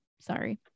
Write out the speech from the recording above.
Sorry